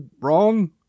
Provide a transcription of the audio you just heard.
wrong